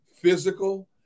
physical